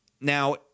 Now